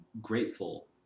grateful